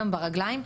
ברגליים.